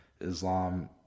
Islam